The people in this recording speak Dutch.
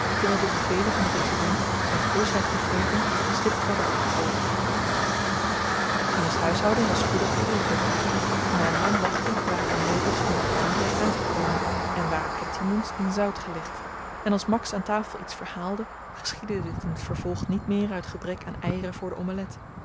terwyl de bevelen van den resident met heusheid gegeven stipt werden opgevolgd tine's huishouding was spoedig geregeld na lang wachten waren de meubels van batavia aangekomen en waren ketimon's in zout gelegd en als max aan tafel iets verhaalde geschiedde dit in t vervolg niet meer uit gebrek aan eieren voor de omelet